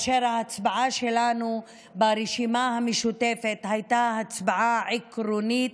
ההצבעה שלנו ברשימה המשותפת הייתה הצבעה עקרונית,